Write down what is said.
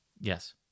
Yes